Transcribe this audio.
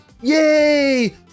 Yay